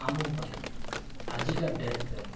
ଆମ ପାଇଁ ଆଜିକା ଡ଼େଟ୍ରେ